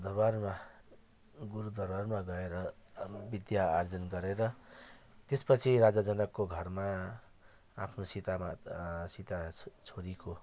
दरबारमा गुरु दरबारमा गएर विद्या आर्जन गरेर त्यसपछि राजा जनकको घरमा आफ्नो सीता माता सीता छोरीको